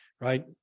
Right